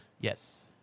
Yes